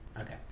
okay